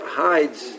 hides